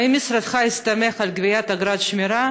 האם משרדך הסתמך על גביית אגרות השמירה